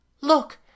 look